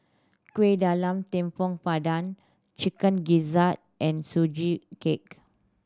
Kuih Talam Tepong Pandan Chicken Gizzard and Sugee Cake